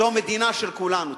זו מדינה של כולנו.